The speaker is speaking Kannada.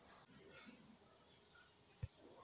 ಮಾಗಿದ್ ಸಸ್ಯಗಳು ಛಲೋ ಫಲ ಕೊಡ್ತಾವಾ?